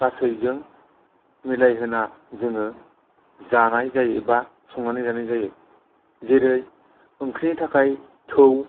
गासैजों मिलाय होना जोङाे जानाय जायो एबा संनानै जानाय जायो जेरै ओंख्रिनि थाखाय थाै